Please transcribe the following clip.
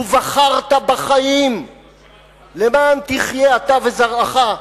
ובחרת בחיים למען תחיה אתה וזרעך.